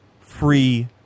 free